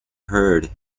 heard